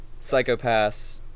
Psychopaths